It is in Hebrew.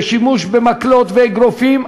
בשימוש במקלות ואגרופים,